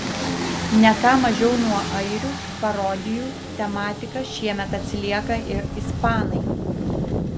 ne ką mažiau nuo airių parodijų tematika šiemet atsilieka ir ispanai